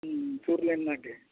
ᱦᱮᱸ ᱥᱩᱨ ᱞᱮᱱ ᱮᱱᱟᱝ ᱜᱮ